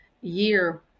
year